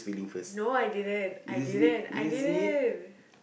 no I didn't I didn't I didn't